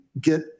get